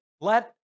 let